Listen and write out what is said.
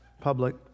public